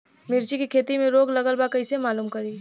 मिर्ची के खेती में रोग लगल बा कईसे मालूम करि?